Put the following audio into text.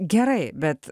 gerai bet